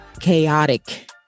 chaotic